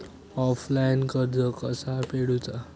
Offline कर्ज कसा फेडूचा?